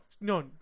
no